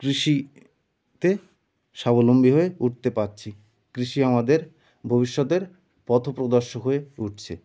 কৃষিতে স্বাবলম্বী হয়ে উঠতে পারছি কৃষি আমাদের ভবিষ্যতের পথ প্রদর্শক হয়ে উঠছে